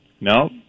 No